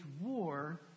war